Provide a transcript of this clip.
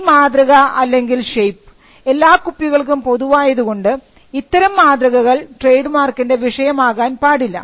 ഈ മാതൃക അല്ലെങ്കിൽ ഷേപ്പ് എല്ലാ കുപ്പികൾക്കും പൊതുവായതുകൊണ്ട് ഇത്തരം മാതൃകകൾ ട്രേഡ് മാർക്കിൻറെ വിഷയം ആകാൻ പാടില്ല